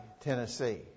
Tennessee